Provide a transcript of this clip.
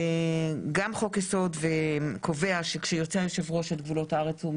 גם חוק יסוד קובע שכאשר יוצא היושב ראש את גבולות הארץ הוא